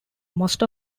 most